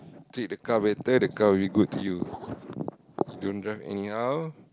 treat the car better the car will be good to you you don't drive anyhow